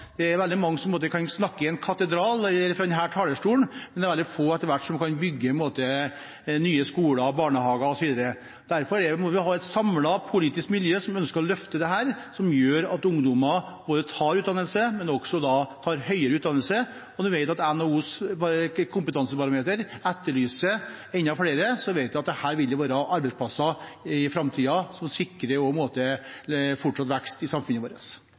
Det er veldig mange som kan snakke i en katedral eller fra denne talerstolen, men det er etter hvert veldig få som kan bygge nye skoler, barnehager, osv. Derfor må vi ha et samlet politisk miljø som ønsker å løfte dette, som gjør at ungdom tar utdannelse, men også tar høyere utdannelse. Og når vi ser at NHOs kompetansebarometer etterlyser enda flere, vet vi at her vil det være arbeidsplasser i framtiden som sikrer fortsatt vekst i samfunnet vårt.